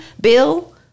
Bill